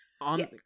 On